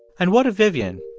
and what of vivian,